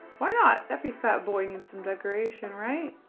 why not? every fat boiling some decoration, right?